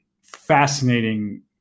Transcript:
fascinating